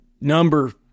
number